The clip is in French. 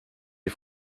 des